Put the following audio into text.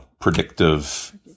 predictive